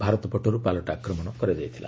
ଭାରତ ପଟର୍ ପାଲଟା ଆକ୍ରମଣ କରାଯାଇଥିଲା